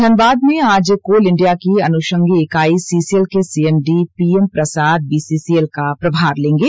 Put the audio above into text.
धनबाद में आज Coal India की अनुषंगी इकाई सीसीएल के सीएमडी पीएम प्रसाद बीसीसीएल का प्रभार लेंगे